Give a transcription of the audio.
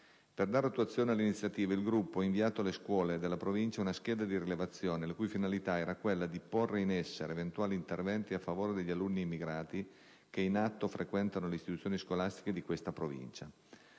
Per dare attuazione all'iniziativa il gruppo ha inviato alle scuole della Provincia una scheda di rilevazione la cui finalità era quella di «porre in essere eventuali interventi a favore degli alunni immigrati che in atto frequentano le istituzioni scolastiche di questa Provincia»,